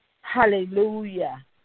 Hallelujah